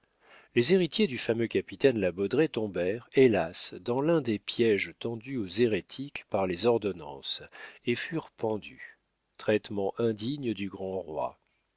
les héritiers du fameux capitaine la baudraye tombèrent hélas dans l'un des piéges tendus aux hérétiques par les ordonnances et furent pendus traitement indigne du grand roi